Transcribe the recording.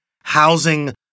housing